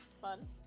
Fun